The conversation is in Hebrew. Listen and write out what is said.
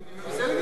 אז מה?